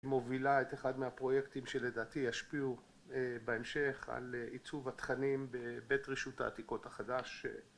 מובילה את אחד מהפרויקטים שלדעתי ישפיעו בהמשך על עיצוב התכנים בבית רשות העתיקות החדש